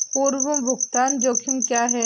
पूर्व भुगतान जोखिम क्या हैं?